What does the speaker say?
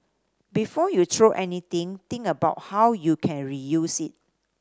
before you throw anything think about how you can reuse it